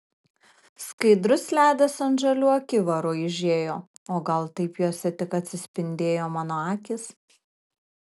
skaidrus ledas ant žalių akivarų aižėjo o gal taip juose tik atsispindėjo mano akys